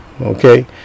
Okay